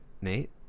nate